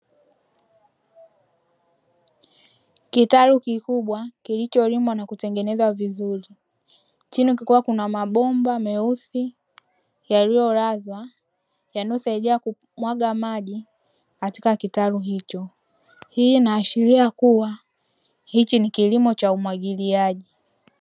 Kitalu kikubwa kilicholimwa na kutengenezwa vizuri, chini kukiwa kuna mabomba meusi yaliyo lazwa, yanayo saidia kumwaga maji katika kitalu hicho. Hii inaashiria kuwa hiki ni kilimo cha umwagiliaji.